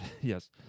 Yes